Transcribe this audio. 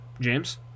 James